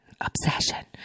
obsession